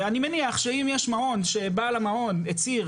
אני מניח שאם יש מעון שבעל המעון הצהיר